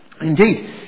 Indeed